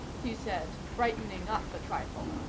he said, brightening up a trifle.